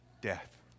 death